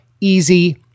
easy